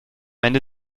ende